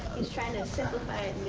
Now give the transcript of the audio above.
he's trying to simplify it